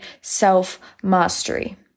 self-mastery